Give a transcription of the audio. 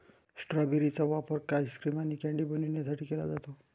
strawberry चा वापर ice cream आणि कँडी बनवण्यासाठी केला जातो